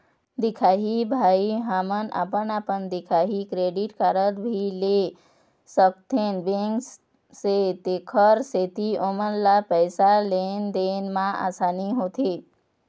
दिखाही भाई हमन अपन अपन दिखाही क्रेडिट कारड भी ले सकाथे बैंक से तेकर सेंथी ओमन ला पैसा लेन देन मा आसानी होथे?